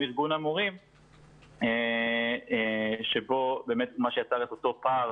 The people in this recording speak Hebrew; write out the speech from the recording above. ארגון המורים שבו באמת מה שיצר את אותו פער